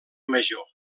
major